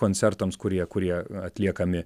koncertams kurie kurie atliekami